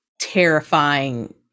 terrifying